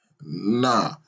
nah